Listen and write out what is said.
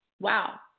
Wow